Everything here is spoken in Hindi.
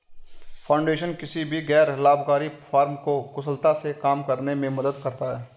फाउंडेशन किसी भी गैर लाभकारी फर्म को कुशलता से काम करने में मदद करता हैं